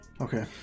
Okay